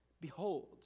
Behold